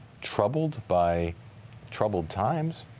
troubled by troubled times,